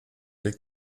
legt